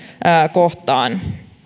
kohtaan